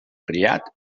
criat